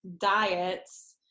diets